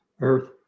Earth